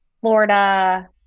Florida